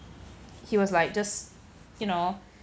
he was like just you know